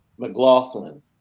mclaughlin